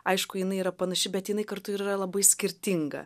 aišku jinai yra panaši bet jinai kartu ir yra labai skirtinga